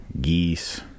geese